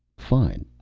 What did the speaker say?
fine.